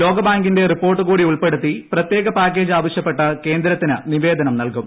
ലോകബാങ്കിന്റെ report കൂടി ഉൾപ്പെടുത്തി പ്രത്യേക പാക്കേജ് ആവശ്യപ്പെട്ട് കേന്ദ്രത്തിന് നിവേദനം നൽകും